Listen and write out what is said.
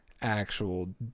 actual